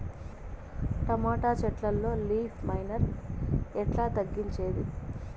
Tomato చెట్లల్లో leaf miner ఎట్లా తగ్గించేది?